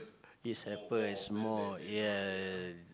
it happens is more yes